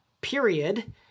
period